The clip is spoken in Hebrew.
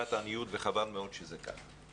תעודת עניות, וחבל מאוד שזה ככה.